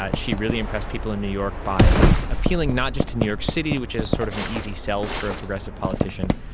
ah she really impressed people in new york by appealing not just to new york city, which is sort of an easy sell for a progressive politician,